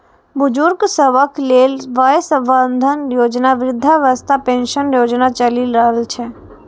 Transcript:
बुजुर्ग सभक लेल वय बंधन योजना, वृद्धावस्था पेंशन योजना चलि रहल छै